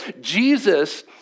Jesus